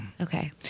Okay